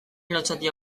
lotsatia